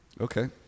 okay